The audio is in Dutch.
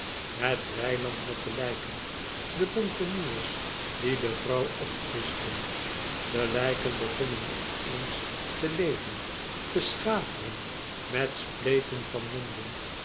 het weiland met de lijken de ponteniers die de vrouw opvischten de lijken begonnen in eens te leven te schateren met spleten van monden